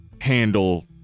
handle